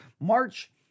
March